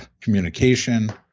communication